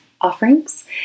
offerings